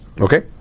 Okay